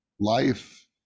life